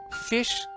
fish